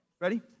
Ready